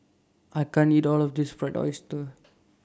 I can't eat All of This Fried Oyster